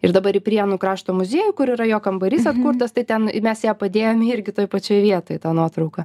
ir dabar ji prienų krašto muziejuj kur yra jo kambarys atkurtas tai ten mes ją padėjome irgi toj pačioj vietoj tą nuotrauką